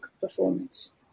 performance